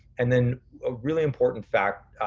and then a really important fact